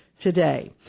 today